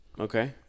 Okay